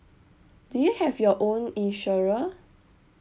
do you have your own insurer